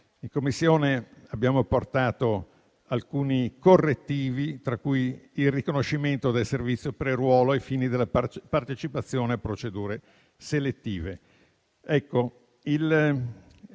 In Commissione abbiamo portato alcuni correttivi, tra cui il riconoscimento del servizio pre-ruolo ai fini della partecipazione a procedure selettive.